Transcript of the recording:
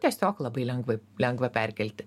tiesiog labai lengvai lengva perkelti